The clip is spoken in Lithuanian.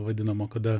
vadinamo kada